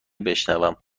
بشنوم